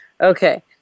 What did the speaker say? Okay